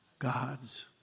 God's